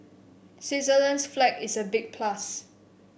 Switzerland's flag is a big plus